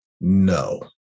no